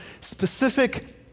specific